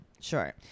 Sure